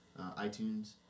iTunes